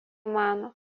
mano